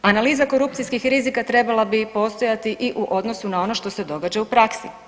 Analiza korupcijskih rizika trebala bi postojati i u odnosu na ono što se događa u praksi.